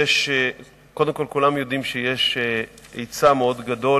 קודם כול כולם יודעים שיש היצע מאוד גדול